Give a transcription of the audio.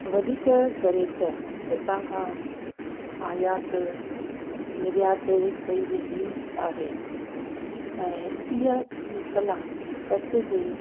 वधीक करे त हितां खां आयात निर्यात कई वेंदी आहे ऐं इहा सॼी कला कच्छ जे